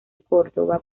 córdoba